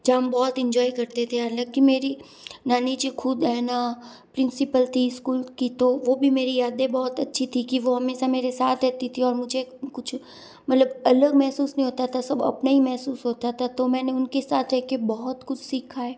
जब हम बहुत एंजॉय करते थे हालाँकि मेरी नानी जी ख़ुद है न प्रिंसिपल थी स्कूल की तो वह भी मेरी यादें बहुत अच्छी थी कि वह हमेशा मेरे साथ रहती थी और मुझे कुछ मतलब अलग महसूस नहीं होता था सब अपने ही महसूस होता था तो मैंने उनके साथ है कि बहुत कुछ सीखा है